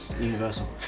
Universal